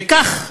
וכך,